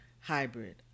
hybrid